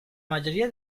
mayoría